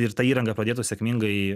ir ta įranga pradėtų sėkmingai